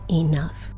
enough